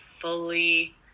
fully